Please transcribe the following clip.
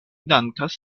dankas